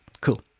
Cool